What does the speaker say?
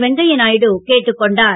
வெங்கைய நாயுடு கேட்டுக்கொண்டார்